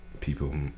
people